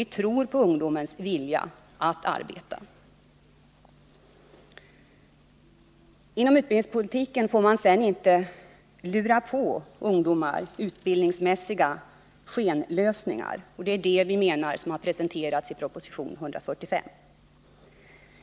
Vi tror på deras vilja att arbeta. Inom utbildningspolitiken får man inte lura på ungdomar utbildningsmässiga skenlösningar — och vi anser att det är skenlösningar som presenteras i proposition 145.